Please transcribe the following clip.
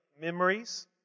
memories